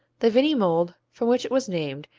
the vinny mold, from which it was named,